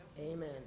Amen